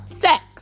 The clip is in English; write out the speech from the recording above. Sex